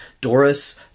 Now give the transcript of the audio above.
Doris